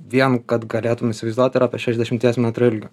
vien kad galėtum įsivaizduot yra apie šešiasdešimties metrų ilgio